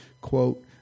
Quote